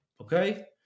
Okay